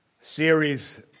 series